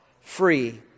free